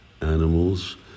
animals